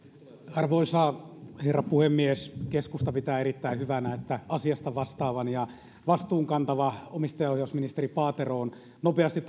arvoisa herra puhemies keskusta pitää erittäin hyvänä että asiasta vastaava ja vastuun kantava omistajaohjausministeri paatero on nopeasti